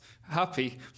happy